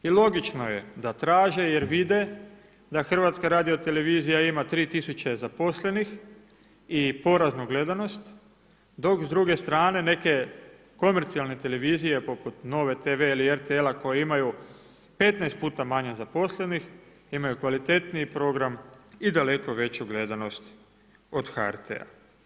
I logično je da traže, jer vide da HRT ima 3000 zaposlenih i poraznu gledanost, dok s druge strane neke komercijalne televizije poput Nove TV ili RTL-a koji imaju 15 puta manje zaposlenih, imaju kvalitetniji program i daleko veću gledanost od HRT-a.